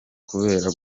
kubera